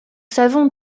savons